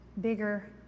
bigger